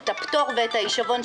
את הפטור ואת ההישבון,